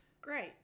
Great